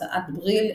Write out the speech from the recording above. הוצאת בריל,